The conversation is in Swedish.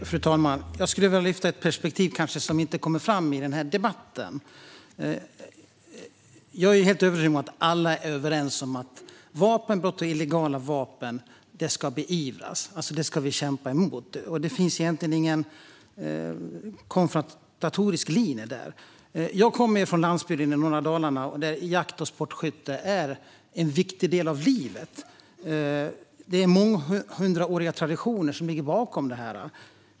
Fru talman! Jag skulle vilja lyfta upp ett perspektiv som kanske inte kommer fram i debatten. Jag är helt övertygad om att alla är överens om att vapenbrott och illegala vapen ska beivras och att vi ska vi kämpa emot det. Det finns egentligen ingen konfrontatorisk linje där. Jag kommer från landsbygden i norra Dalarna, och där är jakt och sportskytte en viktig del av livet. Det är månghundraåriga traditioner som ligger bakom det.